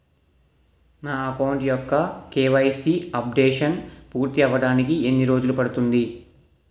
నా అకౌంట్ యెక్క KYC updation పూర్తి అవ్వడానికి ఎన్ని రోజులు పడుతుంది?